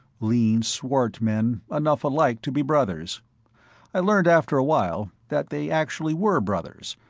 lean swart men enough alike to be brothers i learned after a while that they actually were brothers,